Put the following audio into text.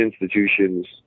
institutions